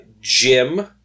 Jim